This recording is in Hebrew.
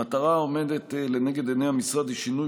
המטרה העומדת לנגד עיני המשרד היא שינוי